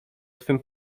twym